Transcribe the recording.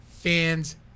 Fans